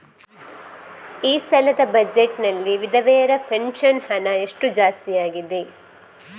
ಈ ಸಲದ ಬಜೆಟ್ ನಲ್ಲಿ ವಿಧವೆರ ಪೆನ್ಷನ್ ಹಣ ಎಷ್ಟು ಜಾಸ್ತಿ ಆಗಿದೆ?